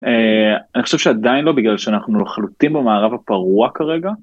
אני חושב שעדיין לא בגלל שאנחנו לא חלוטין במערב הפרוע כרגע.